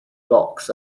box